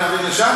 אולי נביא לשם?